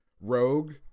Rogue